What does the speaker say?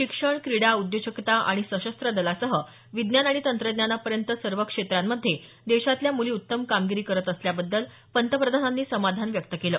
शिक्षण क्रीडा उद्योजकता आणि सशस्त्र दलासह विज्ञान आणि तंत्रज्ञानांपर्यंत सर्व क्षेत्रांमधे देशातल्या मुली उत्तम कामगिरी करत असल्याबद्दल पंतप्रधानांनी समाधान व्यक्त केलं